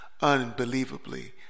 Unbelievably